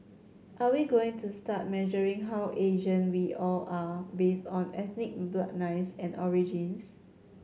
are we going to start measuring how Asian we all are based on ethnic bloodlines and origins